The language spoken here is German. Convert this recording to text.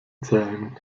zählen